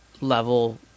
level